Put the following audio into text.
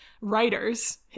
writers